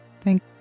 Thank